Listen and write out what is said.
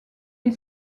est